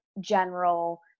general